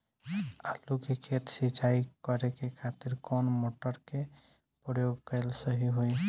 आलू के खेत सिंचाई करे के खातिर कौन मोटर के प्रयोग कएल सही होई?